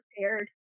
prepared